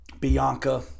Bianca